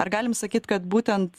ar galim sakyti kad būtent